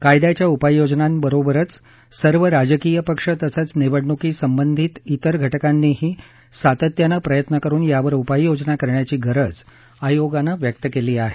कायद्याच्या उपाययोजनांबरोबरच सर्व राजकीय पक्ष तसंच निवडणुकी संबंधित इतर घटकांनीही सातत्यानं प्रयत्न करुन यावर उपाययोजना करण्याची गरज आयोगानं व्यक्त केली आहे